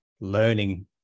learning